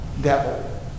devil